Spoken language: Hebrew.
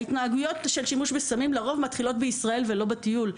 ההתנהגויות של שימוש בסמים לרוב מתחילות בישראל ולא בטיול.